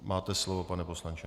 Máte slovo, pane poslanče.